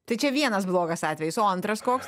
tai čia vienas blogas atvejis o antras koks